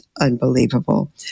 unbelievable